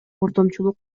ортомчулук